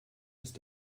ist